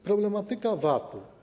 Problematyka VAT-u.